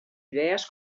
idees